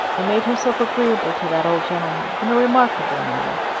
and made herself agreeable to that old gentleman in a remarkable manner.